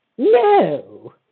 No